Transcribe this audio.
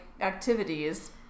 activities